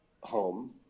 home